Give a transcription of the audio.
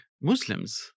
Muslims